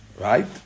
right